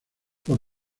por